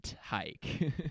hike